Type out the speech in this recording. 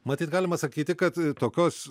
matyt galima sakyti kad tokios